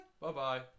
Bye-bye